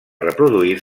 reproduir